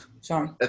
Sorry